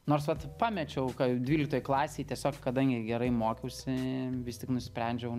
nors vat pamečiau kai dvyliktoj klasėj tiesiog kadangi gerai mokiausi vis tik nusprendžiau